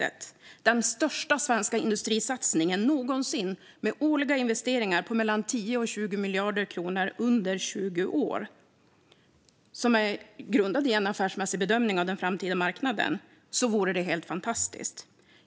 Det är den största svenska industrisatsningen någonsin, med årliga investeringar på mellan 10 och 20 miljarder kronor under 20 år, och den är grundad i en affärsmässig bedömning av den framtida marknaden.